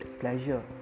pleasure